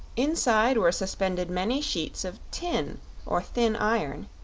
inside were suspended many sheets of tin or thin iron,